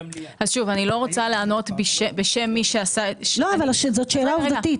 אני לא רוצה לענות בשם מי שעשה --- אבל זאת שאלה עובדתית,